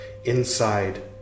Inside